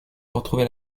retrouver